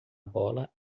bola